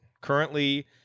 Currently